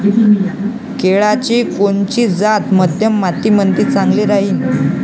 केळाची कोनची जात मध्यम मातीमंदी चांगली राहिन?